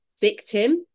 victim